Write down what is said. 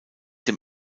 dem